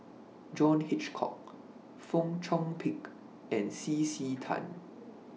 John Hitchcock Fong Chong Pik and C C Tan